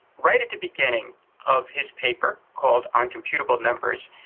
right at the beginning of his paper called on computable numbers,